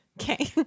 okay